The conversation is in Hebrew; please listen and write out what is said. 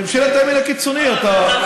ממשלת הימין הקיצוני, למה?